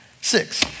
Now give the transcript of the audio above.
six